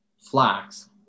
flax